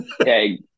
Okay